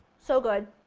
so good,